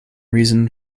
reason